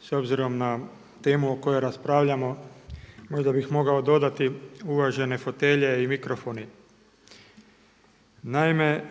S obzirom na temu o kojoj raspravljamo, možda bih mogao dodati uvažene fotelje i mikrofoni. Naime,